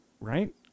right